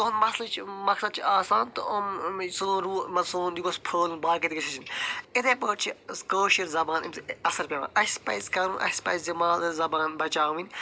تِہُنٛد مسلہٕ چھُ مقصد چھُ آسان تہٕ یِم سون رو سون تہِ گوٚژھ پھہلُن باقین تہِ یتھٕے پٲتھۍ چھِ اَسہِ کٲشِر زبان اَمہِ سۭتۍ اثر پٮ۪وان اَسہِ پَزِ کَرُن اَسہِ پَزِ یہِ مادری زبان بچاوٕنۍ